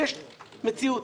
ויש מציאות,